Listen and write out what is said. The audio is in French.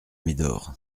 médor